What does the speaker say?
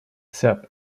sep